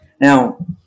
Now